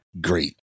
great